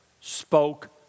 spoke